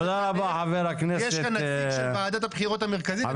יש כאן נציג של ועדת הבחירות המרכזית,